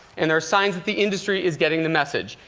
and there are signs that the industry is getting the message.